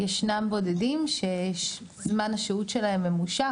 ישנם בודדים שזמן השהות שלהם ממושך,